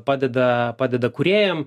padeda padeda kūrėjam